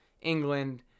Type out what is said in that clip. England